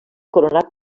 coronat